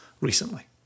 recently